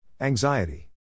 Anxiety